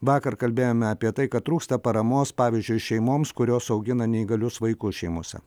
vakar kalbėjome apie tai kad trūksta paramos pavyzdžiui šeimoms kurios augina neįgalius vaikus šeimose